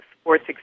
sports